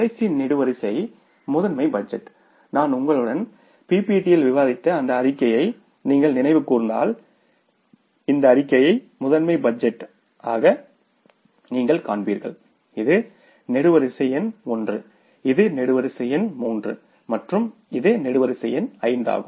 கடைசி நெடுவரிசை master budget நான் உங்களுடன் பிபிடி விவாதித்த அந்த அறிக்கையை நீங்கள் நினைவு கூர்ந்தால் இந்த அறிக்கையை மாஸ்டர் பட்ஜெட்டாக நீங்கள் காண்பீர்கள் இது நெடுவரிசை எண் ஒன்று இது நெடுவரிசை எண் மூன்று மற்றும் இது நெடுவரிசை எண் ஐந்து ஆகும்